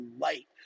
light